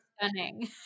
stunning